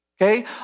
Okay